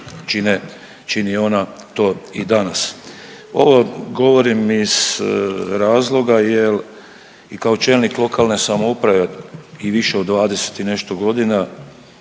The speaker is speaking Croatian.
čini onda to i danas. Ovo govorim iz razloga jel i kao čelnik lokalne samouprave i više od 20 i nešto godina